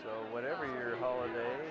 also whatever your holiday